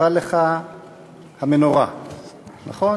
מצפה לך המנורה, נכון?